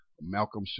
Malcolm